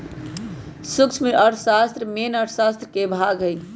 सूक्ष्म अर्थशास्त्र मेन अर्थशास्त्र के भाग हई